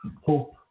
hope